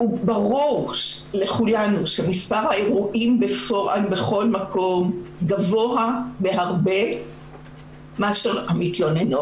ברור לכולנו שמספר האירועים בפועל בכל מקום גבוה בהרבה ממספר התלונות,